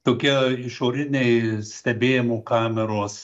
tokie išoriniai stebėjimo kameros